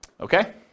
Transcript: okay